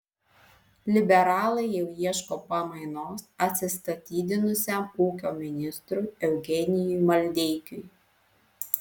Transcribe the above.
liberalai jau ieško pamainos atsistatydinusiam ūkio ministrui eugenijui maldeikiui